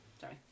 Sorry